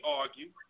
argue